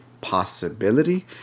possibility